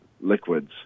liquids